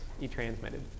E-transmitted